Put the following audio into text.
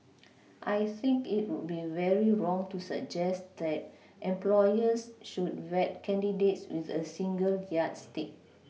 I think it would be very wrong to suggest that employers should vet candidates with a single yardstick